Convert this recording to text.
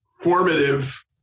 formative